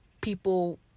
People